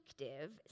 effective